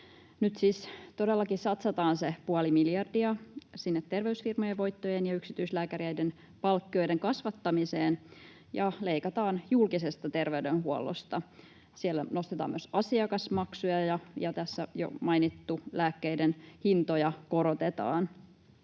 siis todellakin satsataan se puoli miljardia sinne terveysfirmojen voittojen ja yksityislääkäreiden palkkioiden kasvattamiseen ja leikataan julkisesta terveydenhuollosta. Siellä nostetaan myös asiakasmaksuja, ja, kuten tässä jo mainittu, lääkkeiden hintoja korotetaan.